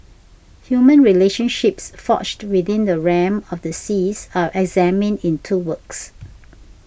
human relationships forged within the realm of the seas are examined in two works